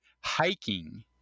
hiking